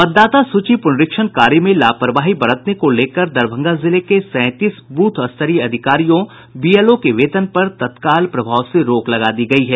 मतदाता सूची पुनरीक्षण कार्य में लापरवाही बरतने को लेकर दरभंगा जिले के सैंतीस ब्रथ स्तरीय अधिकारियों बीएलओ के वेतन पर तत्काल प्रभाव से रोक लगा दी गयी है